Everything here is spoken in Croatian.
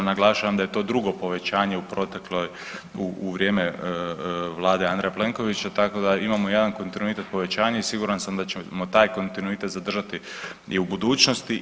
Naglašavam da je to drugo povećanje u protekloj, u vrijeme vlade Andreja Plenkovića tako da imamo jedan kontinuitet povećanja i siguran sam da ćemo taj kontinuitet zadržati i u budućnosti.